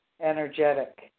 energetic